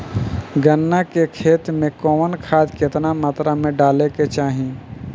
गन्ना के खेती में कवन खाद केतना मात्रा में डाले के चाही?